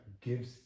gives